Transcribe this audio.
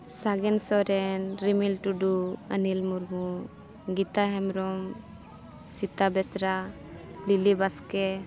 Sagen Soren Rimil Tudu Anil Murmu Gita Hembrom Sita Besra Lili Baske